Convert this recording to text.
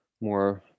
more